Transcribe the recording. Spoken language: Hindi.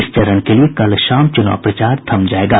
इस चरण के लिये कल शाम चुनाव प्रचार थम जायेगा